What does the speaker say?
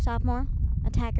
sophomore attack